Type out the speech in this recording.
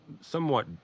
somewhat